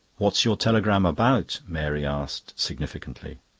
what's your telegram about? mary asked significantly.